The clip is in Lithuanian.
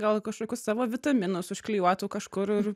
gal kažkokius savo vitaminus užklijuotų kažkur ir